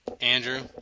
Andrew